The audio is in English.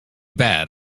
bad